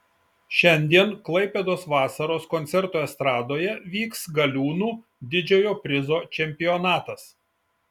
šiandien klaipėdos vasaros koncertų estradoje vyks galiūnų didžiojo prizo čempionatas